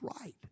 right